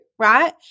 right